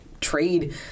trade